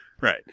Right